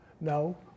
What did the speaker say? No